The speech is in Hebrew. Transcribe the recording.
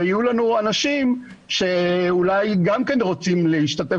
ויהיו לנו אנשים שאולי גם כן רוצים להשתתף